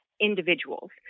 individuals